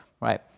Right